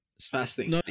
fasting